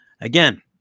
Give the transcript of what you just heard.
Again